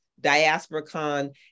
DiasporaCon